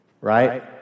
right